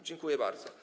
Dziękuję bardzo.